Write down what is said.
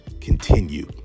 Continue